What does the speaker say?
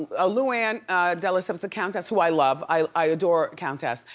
ah luann de lesseps, the countess, who i love, i adore countess,